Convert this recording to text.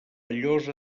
llosa